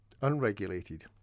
unregulated